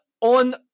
on